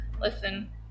listen